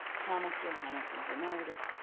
thomas, johannes, and bernardus,